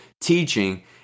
teaching